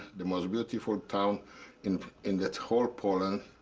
the most beautiful town in in the whole poland.